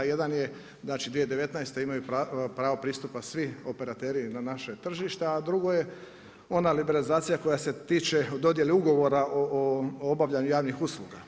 Jedan je znači, 2019. imaju pravo pristupa svi operateri na naše tržište, a drugo je ona liberalizacija koja se tiče dodjele ugovora o obavljanju javnih usluga.